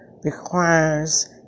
requires